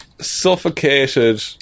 Suffocated